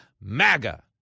MAGA